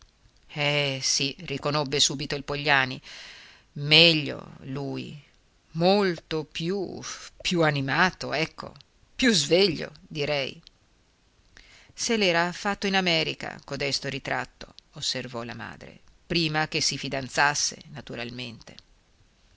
eh sì riconobbe subito il pogliani meglio lui molto più più animato ecco più sveglio direi se l'era fatto in america codesto ritratto osservò la madre prima che si fidanzassero naturalmente